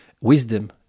wisdom